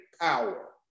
power